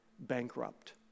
bankrupt